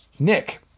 Nick